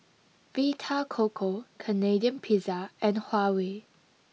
Vita Coco Canadian Pizza and Huawei